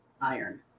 iron